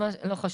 לא משנה.